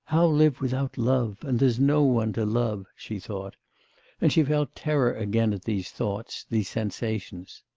ah live without love? and there's no one to love she thought and she felt terror again at these thoughts, these sensations.